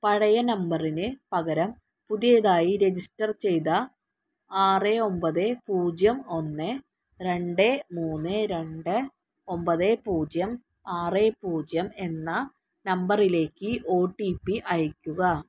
പഴയ നമ്പറിന് പകരം പുതിയതായി രജിസ്റ്റർ ചെയ്ത ആറ് ഒൻപത് പൂജ്യം ഒന്ന് രണ്ട് മൂന്ന് രണ്ട് ഒൻപത് പൂജ്യം ആറ് പൂജ്യം എന്ന നമ്പറിലേക്ക് ഒ ടി പി അയയ്ക്കുക